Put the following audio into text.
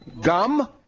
Gum